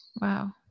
Wow